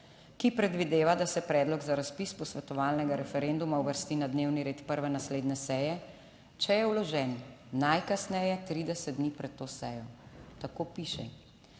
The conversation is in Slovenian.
ki predvideva, da se predlog za razpis posvetovalnega referenduma uvrsti na dnevni red prve naslednje seje, če je vložen najkasneje 30 dni pred to sejo. Tako piše.